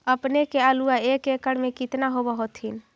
अपने के आलुआ एक एकड़ मे कितना होब होत्थिन?